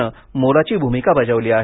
न मोलाची भूमिका बजावली आहे